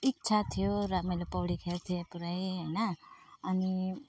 इच्छा थियो र मैले पौडी खेल्थेँ पुरै होइन अनि